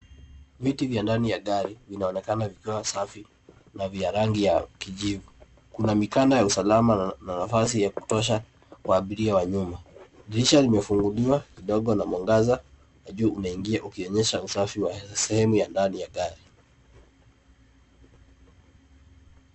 Viti vya ndani ya gari vinaonekana vikiwa safi na vya rangi ya kijivu. Kuna mikanda ya usalama na nafasi ya kutosha kwa abiria wa nyuma. Dirisha limefunguliwa kidogo na mwangaza wa juu unaingia ukionyesha usafi wa sehemu ya ndani ya gari.